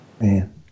Man